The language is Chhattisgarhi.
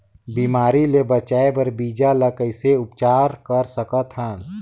बिमारी ले बचाय बर बीजा ल कइसे उपचार कर सकत हन?